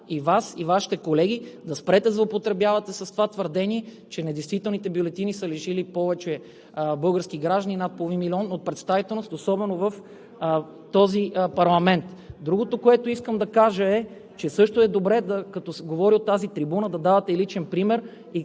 и Вас и Вашите колеги да спрете да злоупотребявате с това твърдение, че недействителните бюлетини са лишили повече български граждани – над половин милион, от представителност, особено в този парламент. Другото, което искам да кажа, е, че също е добре, като се говори от тази трибуна, да давате и личен пример